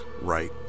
right